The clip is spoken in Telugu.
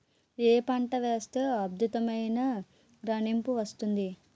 ఏ పంట వేస్తే అద్భుతమైన రాణింపు వస్తుంది?